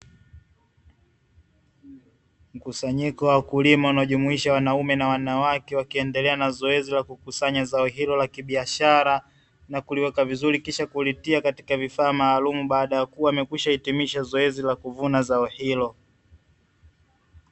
Mkusanyiko wa wakulima unaojumuisha wanaume na wanawake wakiendelea na zoezi la kukusanya zao hilo la kibiashara, na kuliweka vizuri kisha kulitia kwenye vifaa maalumu, baada ya kuwa wamekwisha hitimisha zoezi la kuvuna zao hilo.